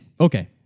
Okay